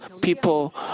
people